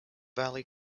valley